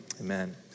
Amen